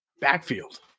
backfield